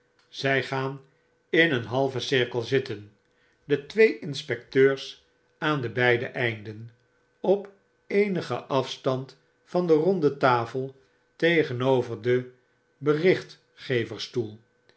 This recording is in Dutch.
zy gaan in een halven cirkel zitten de twee inspecteurs aan de beide einden op eenigen afstand van de ronde tafel tegenover den